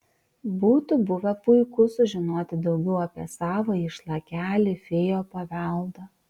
būtų buvę puiku sužinoti daugiau apie savąjį šlakelį fėjų paveldo